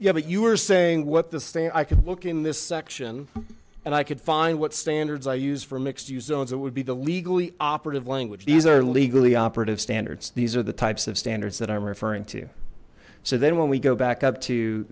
yeah but you were saying what this thing i could look in this section and i could find what standards i use for mixed use zones it would be the legally operative language these are legally operative standards these are the types of standards that i'm referring to so then when we go back up to